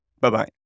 Bye-bye